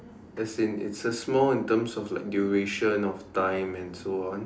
as in it's a small in terms of like duration of time and so on